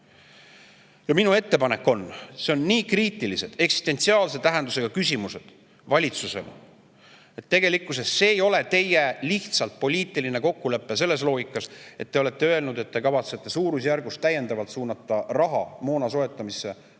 Minu ettepanek on – need on nii kriitilised, eksistentsiaalse tähendusega küsimused valitsusele –, et tegelikkuses see ei ole lihtsalt teie poliitiline kokkulepe selles loogikas, et te olete öelnud, et te kavatsete täiendavalt suunata raha moona soetamisse pool